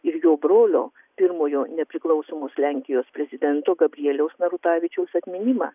ir jo brolio pirmojo nepriklausomos lenkijos prezidento gabrieliaus narutavičiaus atminimą